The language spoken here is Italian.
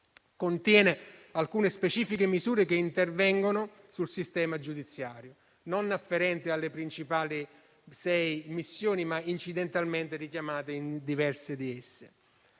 contiene alcune specifiche misure che intervengono sul sistema giudiziario, non afferenti alle principali sei missioni, ma incidentalmente richiamate in diverse di esse.